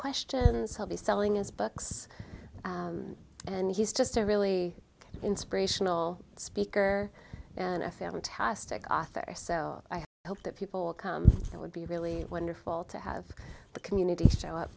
questions he'll be selling his books and he's just a really inspirational speaker and a fantastic author s l i hope that people will come it would be really wonderful to have the community show up